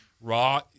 Raw